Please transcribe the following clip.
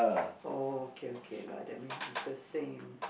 oh okay okay lah that's mean it's the same